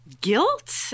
guilt